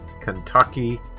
Kentucky